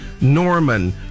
Norman